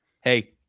hey